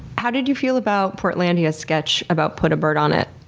how did you feel about portlandia's sketch about put a bird on it?